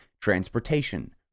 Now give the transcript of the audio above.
transportation